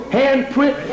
handprint